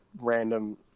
random